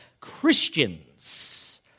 Christians